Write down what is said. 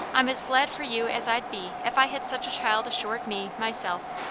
i'm as glad for you as i'd be if i had such a child assured me, myself.